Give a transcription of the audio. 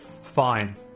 Fine